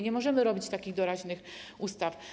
Nie możemy robić takich doraźnych ustaw.